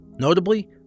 Notably